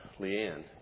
Leanne